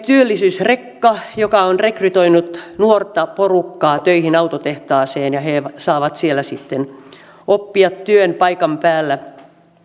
työllisyysrekka kulkee joka on rekrytoinut nuorta porukkaa töihin autotehtaaseen ja he saavat siellä sitten oppia työn paikan päällä